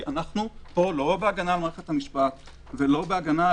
כי אנחנו פה לא בהגנה על מערכת המשפט ולא על